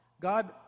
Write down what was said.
God